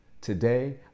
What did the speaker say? Today